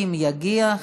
אם יגיע,